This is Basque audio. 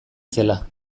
zela